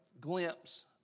glimpse